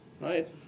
right